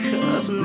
Cause